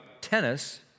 tennis